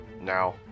now